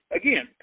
again